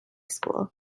school